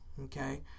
okay